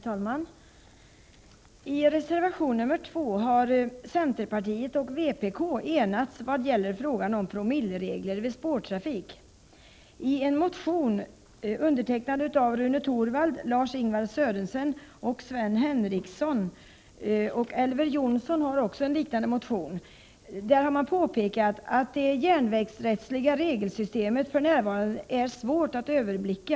Herr talman! I reservation nr 2 har centerpartiet och vpk enats vad gäller frågan om promilleregler vid spårtrafik. I en motion undertecknad av Rune Torwald, Lars-Ingvar Sörenson och Sven Henricsson — en liknande motion har väckts av Elver Jonsson — har påpekats att det järnvägsrättsliga regelsystemet för närvarande är svårt att överblicka.